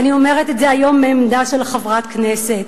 אני אומרת את זה היום מעמדה של חברת הכנסת.